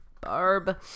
Barb